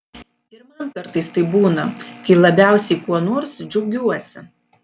ir man kartais taip būna kai labiausiai kuo nors džiaugiuosi